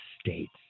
States